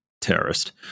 terrorist